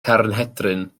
carnhedryn